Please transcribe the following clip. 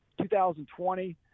2020